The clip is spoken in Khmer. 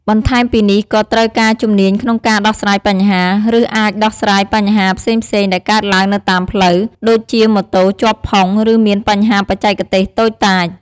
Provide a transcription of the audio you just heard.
បន្ថែមពីនេះក៏ត្រូវការជំនាញក្នុងការដោះស្រាយបញ្ហា ឬអាចដោះស្រាយបញ្ហាផ្សេងៗដែលកើតឡើងនៅតាមផ្លូវ ដូចជាម៉ូតូជាប់ផុង ឬមានបញ្ហាបច្ចេកទេសតូចតាច។